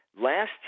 Last